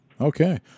Okay